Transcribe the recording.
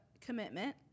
commitment